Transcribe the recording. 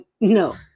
No